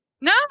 No